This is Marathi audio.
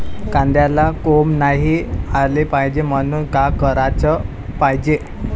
कांद्याला कोंब नाई आलं पायजे म्हनून का कराच पायजे?